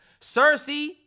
Cersei